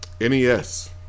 NES